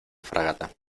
fragata